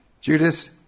Judas